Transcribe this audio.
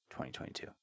2022